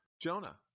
Jonah